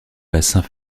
bassins